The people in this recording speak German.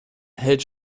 hält